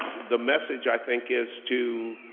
the message i think is to,